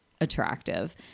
attractive